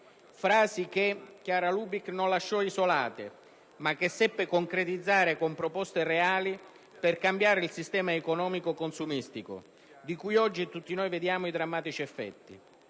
Frasi che Chiara Lubich non lasciò isolate, ma che seppe concretizzare con proposte reali per cambiare il sistema economico consumistico di cui oggi tutti noi vediamo i drammatici effetti.